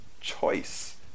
choice